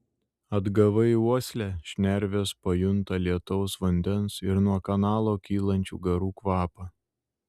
atgavai uoslę šnervės pajunta lietaus vandens ir nuo kanalo kylančių garų kvapą